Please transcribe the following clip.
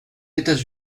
états